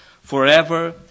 forever